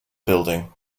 building